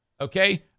Okay